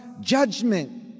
judgment